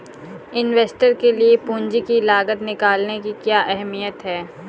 Investor के लिए पूंजी की लागत निकालने की क्या अहमियत है?